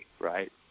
right